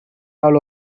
all